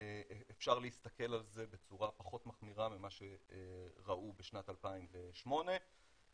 אפשר להסתכל על זה בצורה פחות מחמירה ממה שראו בשנת 2008 וזה